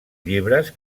llibres